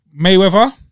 Mayweather